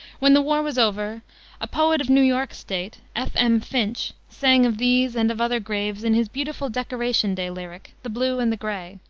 when the war was over a poet of new york state, f. m. finch, sang of these and of other graves in his beautiful decoration day lyric, the blue and the gray,